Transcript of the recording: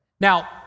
Now